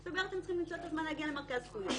זאת אומרת שהם צריכים למצוא את הזמן להגיע למרכז זכויות.